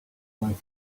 light